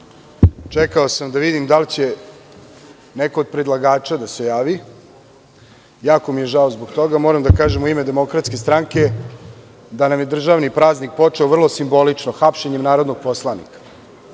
Čekao sam da vidim da li će neko od predlagača da se javi. Jako mi je žao zbog toga. Moram da kažem u ime DS da nam je državni praznik počeo vrlo simbolično, hapšenjem narodnog poslanika,